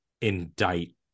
indict